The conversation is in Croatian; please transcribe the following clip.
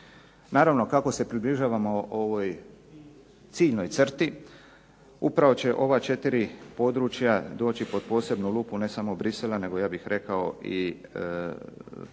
Naravno kako se približavamo ovoj ciljnoj crti upravo će ova 4 područja doći pod posebnu lupu ne samo Bruxellesa nego ja bih rekao i naše